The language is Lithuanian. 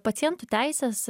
pacientų teisės